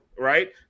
Right